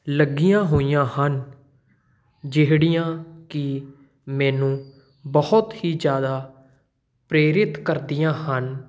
ਲੱਗੀਆਂ ਹੋਈਆਂ ਹਨ ਜਿਹੜੀਆਂ ਕਿ ਮੈਨੂੰ ਬਹੁਤ ਹੀ ਜ਼ਿਆਦਾ ਪ੍ਰੇਰਿਤ ਕਰਦੀਆਂ ਹਨ